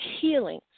healing